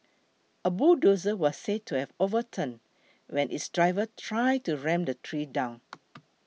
a bulldozer was said to have overturned when its driver tried to ram the tree down